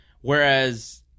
Whereas